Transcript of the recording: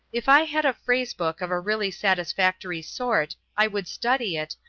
if i had a phrase-book of a really satisfactory sort i would study it,